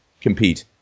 compete